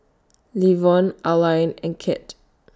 Levon Alline and Kirt